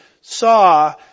saw